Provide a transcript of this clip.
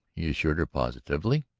he assured her positively.